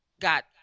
Got